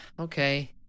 okay